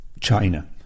China